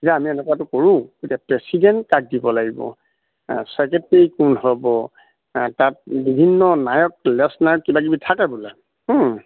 যেতিয়া আমি এনেকুৱাটো কৰোঁ এতিয়া প্ৰেচিডেণ্ট কাক দিব লাগিব ছেক্ৰেটাৰী কোন হ'ব তাত বিভিন্ন নায়ক লেছ নায়ক কিবা কিবি থাকে বোলে